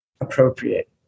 appropriate